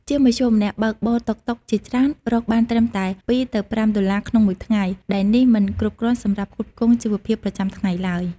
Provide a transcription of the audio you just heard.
ជាមធ្យម អ្នកបើកបរតុកតុកជាច្រើនរកបានត្រឹមតែ ២ ទៅ ៥ ដុល្លារក្នុងមួយថ្ងៃ ដែលនេះមិនគ្រប់គ្រាន់សម្រាប់ផ្គត់ផ្គង់ជីវភាពប្រចាំថ្ងៃទ្បើយ។